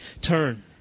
turn